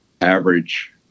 average